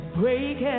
break